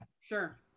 Sure